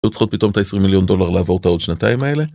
היו צריכות פתאום את ה-20 מיליון דולר לעבור את העוד שנתיים האלה?